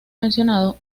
mencionado